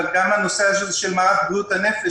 אבל גם הנושא של מערך בריאות הנפש,